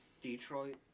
Detroit